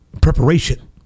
preparation